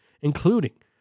including